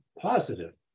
positive